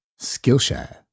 Skillshare